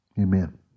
Amen